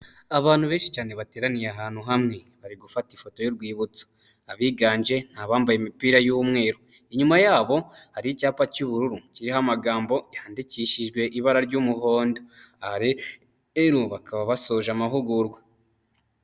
Abantu benshi cyane bateraniye ahantu hamwe bari gufata ifoto y'urwibutso, abiganje ni abambaye imipira y'umweru, inyuma yabo hari icyapa cy'ubururu kiriho amagambo yandikishijwe ibara ry'umuhondo, aha rero bakaba basoje amahugurwa.